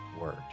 word